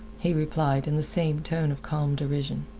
he replied in the same tone of calm derision.